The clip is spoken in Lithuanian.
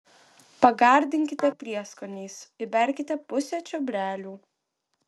pagardinkite prieskoniais įberkite pusę čiobrelių